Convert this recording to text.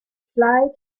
flight